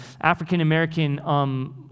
African-American